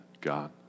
God